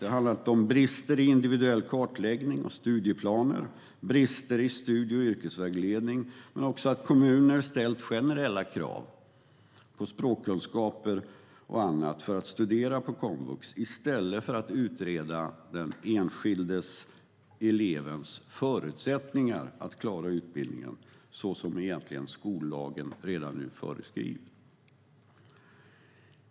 Det har handlat om brister i individuell kartläggning och studieplaner, brister i studie och yrkesvägledning men också om att kommuner ställt generella krav på språkkunskaper och annat för att studera på komvux i stället för att utreda den enskilda elevens förutsättningar att klara utbildningen, så som skollagen redan nu föreskriver.